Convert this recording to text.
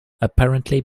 apparently